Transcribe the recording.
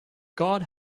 god